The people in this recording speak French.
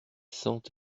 cent